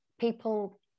people